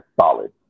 solid